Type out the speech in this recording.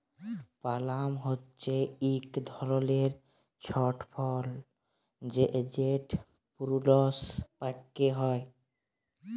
পালাম হছে ইক ধরলের ছট ফল যেট পূরুনস পাক্যে হয়